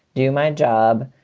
do my job,